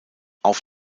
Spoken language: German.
auf